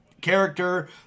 character